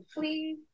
please